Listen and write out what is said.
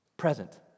present